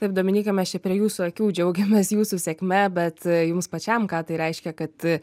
taip dominykai mes čia prie jūsų akių džiaugiamės jūsų sėkme bet jums pačiam ką tai reiškia kad